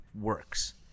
Works